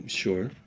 sure